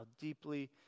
deeply